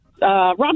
Rob